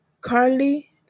Carly